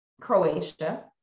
Croatia